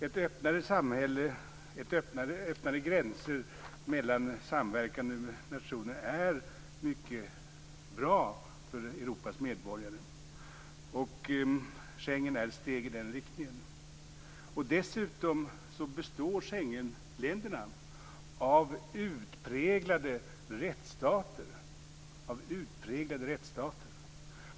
Ett öppnare samhälle och öppnare gränser mellan samverkande nationer är mycket bra för Europas medborgare, och Schengen är ett steg i den riktningen. Dessutom består Schengenländerna av utpräglade rättsstater.